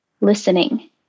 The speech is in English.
listening